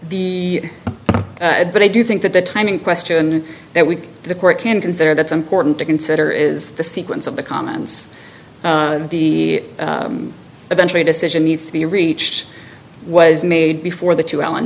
the but i do think that the timing question that we the court can consider that's important to consider is the sequence of the comments the eventually decision needs to be reached was made before the two allen